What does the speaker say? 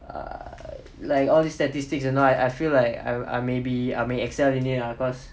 err like all these statistics you know I I feel like I I maybe I may excel in it lah cause